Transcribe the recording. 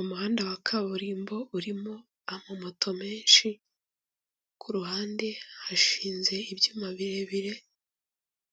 Umuhanda wa kaburimbo urimo ama moto menshi, ku ruhande hashinze ibyuma birebire